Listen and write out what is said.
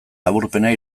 laburpena